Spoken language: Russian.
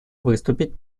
выступить